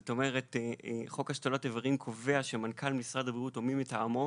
זאת אומרת: חוק השתלות איברים קובע שמנכ"ל משרד הבריאות או מי מטעמו,